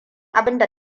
abinda